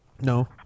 No